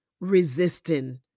resisting